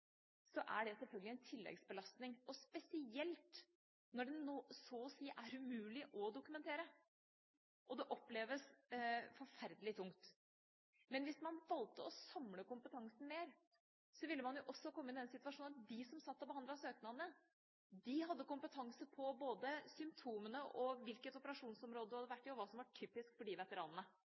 er det selvfølgelig en tilleggsbelastning – spesielt når det så å si er umulig å dokumentere. Det oppleves forferdelig tungt. Hvis man valgte å samle kompetansen mer, ville man kommet i den situasjon at de som satt og behandlet søknadene, hadde kompetanse både på symptomene, på hvilket operasjonsområde man hadde vært i, og på hva som var typisk for disse veteranene.